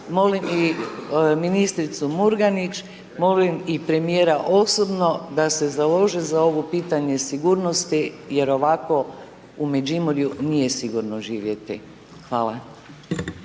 molim i ministricu Murganić, molim i premjera osobno da se založe za ovo pitanje sigurnosti, jer ovako u Međimurju, nije sigurno živjeti. Hvala.